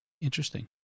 Interesting